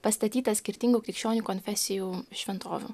pastatyta skirtingų krikščionių konfesijų šventovių